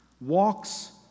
walks